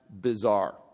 bizarre